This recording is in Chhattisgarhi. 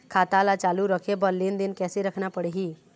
खाता ला चालू रखे बर लेनदेन कैसे रखना पड़ही?